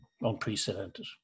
unprecedented